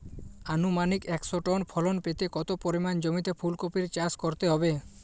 আনুমানিক একশো টন ফলন পেতে কত পরিমাণ জমিতে ফুলকপির চাষ করতে হবে?